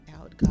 out